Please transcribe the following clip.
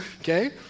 okay